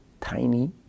tiny